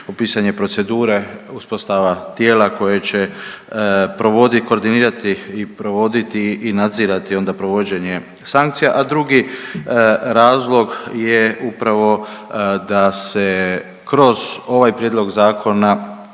opisanje procedure uspostava tijela koje će koordinirati i provoditi i nadzirati onda provođenje sankcija, a drugi razlog je upravo da se kroz ovaj prijedlog zakona